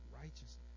righteousness